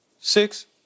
Six